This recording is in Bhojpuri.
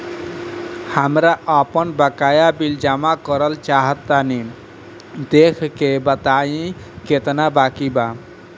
हमरा आपन बाकया बिल जमा करल चाह तनि देखऽ के बा ताई केतना बाकि बा?